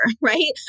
right